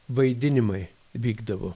vaidinimai vykdavo